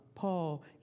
Paul